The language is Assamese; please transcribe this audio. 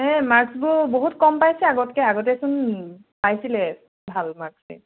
এই মাৰ্কছবোৰ বহুত কম পাইছে আগতকৈ আগতেচোন পাইছিলে ভাল মাৰ্কছ্